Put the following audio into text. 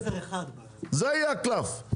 זה יהיה הקלף.